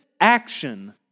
action